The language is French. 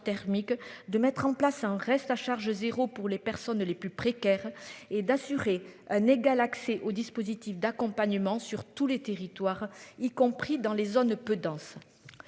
thermiques de mettre en place un reste à charge zéro pour les personnes les plus précaires et d'assurer un égal accès aux dispositifs d'accompagnement sur tous les territoires, y compris dans les zones peu denses.